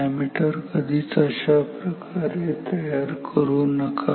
ammeter तर कधीच अशाप्रकारे तयार करू नका